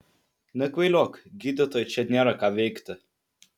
nekvailiok gydytojui čia nėra ką veikti